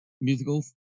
musicals